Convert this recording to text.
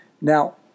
Now